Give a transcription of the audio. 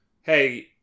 hey